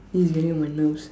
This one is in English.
this is getting on my nerves